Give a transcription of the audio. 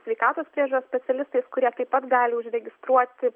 sveikatos priežiūros specialistais kurie taip pat gali užregistruoti